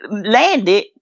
landed